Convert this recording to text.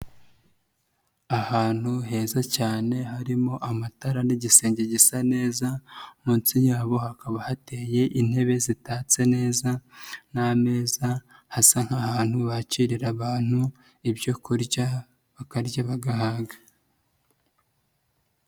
Ahantu heza cyane harimo amatara n'igisenge gisa neza, munsi yabo hakaba hateye intebe zitatse neza n'ameza, hasa nk'ahantu bakirira abantu ibyokurya bakarya bagahaga.